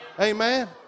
Amen